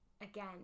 again